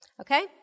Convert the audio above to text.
Okay